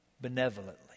benevolently